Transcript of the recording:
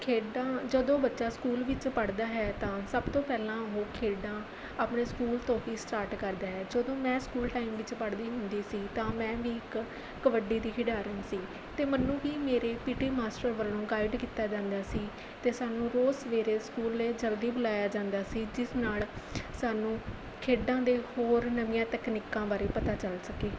ਖੇਡਾਂ ਜਦੋਂ ਬੱਚਾ ਸਕੂਲ ਵਿੱਚ ਪੜ੍ਹਦਾ ਹੈ ਤਾਂ ਸਭ ਤੋਂ ਪਹਿਲਾਂ ਉਹ ਖੇਡਾਂ ਆਪਣੇ ਸਕੂਲ ਤੋਂ ਹੀ ਸਟਾਰਟ ਕਰਦਾ ਹੈ ਜਦੋਂ ਮੈਂ ਸਕੂਲ ਟਾਈਮ ਵਿੱਚ ਪੜ੍ਹਦੀ ਹੁੰਦੀ ਸੀ ਤਾਂ ਮੈਂ ਵੀ ਇੱਕ ਕਬੱਡੀ ਦੀ ਖਿਡਾਰਨ ਸੀ ਅਤੇ ਮੈਨੂੰ ਵੀ ਮੇਰੇ ਪੀ ਟੀ ਮਾਸਟਰ ਵੱਲੋਂ ਗਾਈਡ ਕੀਤਾ ਜਾਂਦਾ ਸੀ ਅਤੇ ਸਾਨੂੰ ਰੋਜ਼ ਸਵੇਰੇ ਸਕੂਲ ਜਲਦੀ ਬੁਲਾਇਆ ਜਾਂਦਾ ਸੀ ਜਿਸ ਨਾਲ਼ ਸਾਨੂੰ ਖੇਡਾਂ ਦੇ ਹੋਰ ਨਵੀਆਂ ਤਕਨੀਕਾਂ ਬਾਰੇ ਪਤਾ ਚੱਲ ਸਕੇ